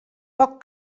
poc